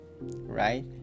right